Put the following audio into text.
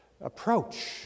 approach